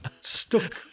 stuck